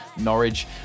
norwich